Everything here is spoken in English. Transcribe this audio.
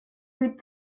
good